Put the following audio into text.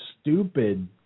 stupid